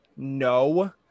No